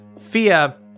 Fia